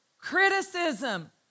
criticism